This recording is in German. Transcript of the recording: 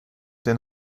den